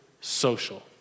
social